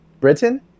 Britain